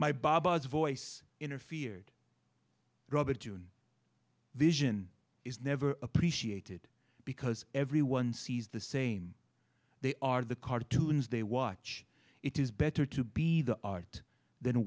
bob voice interfered rather tune vision is never appreciated because everyone sees the same they are the cartoons they watch it is better to be the art than